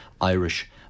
Irish